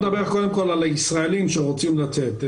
נדבר קודם על הישראלים שרוצים לצאת.